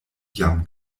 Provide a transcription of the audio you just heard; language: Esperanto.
jam